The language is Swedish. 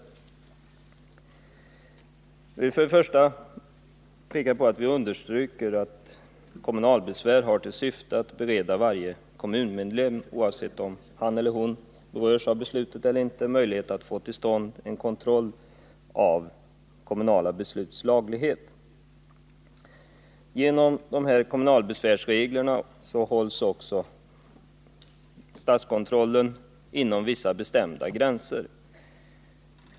Först och främst vill jag peka på att vi understryker att kommunalbesvär har till syfte att bereda varje kommunmedlem, oavsett om han eller hon berörs av besluten eller inte, möjlighet att få till stånd en kontroll av kommunala besluts laglighet. Genom kommunalbesvärsreglerna hålls också statskontrollen inom bestämda gränser.